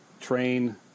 train